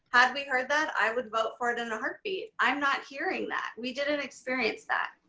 have we heard that? i would vote for it in a heartbeat. i'm not hearing that. we didn't experience that.